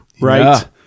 Right